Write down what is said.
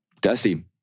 Dusty